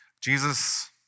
Jesus